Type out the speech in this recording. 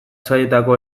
sailetako